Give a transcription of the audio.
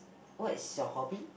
what is your hobby